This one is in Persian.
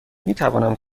میتوانم